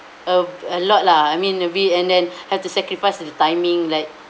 of a lot lah I mean we and then have to sacrifice the timing like